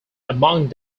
among